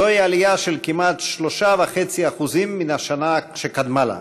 זוהי עלייה של כמעט 3.5% מן השנה שקדמה לה.